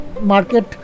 market